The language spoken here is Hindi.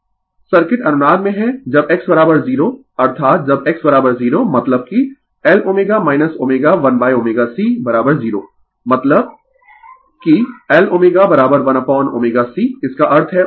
Refer slide Time 2011 सर्किट अनुनाद में है जब X 0 अर्थात जब X 0 मतलब कि Lω ω1ωC0 मतलब कि Lω1ωC इसका अर्थ है ω1√LCω0